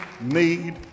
need